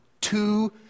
two